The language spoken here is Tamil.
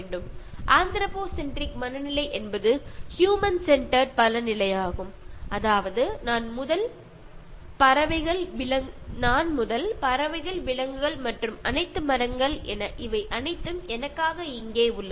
"ஆந்த்ரோபோசென்ரிக் " மனநிலை என்பது ஹ்யூமன் செண்ட்டர்ட் பல நிலையாகும் அதாவது நான் முதல் பறவைகள் விலங்குகள் மற்றும் அனைத்து மரங்கள் என இவை அனைத்தும் எனக்காக இங்கே உள்ளன